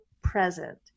present